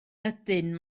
ydyn